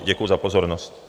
Děkuju za pozornost.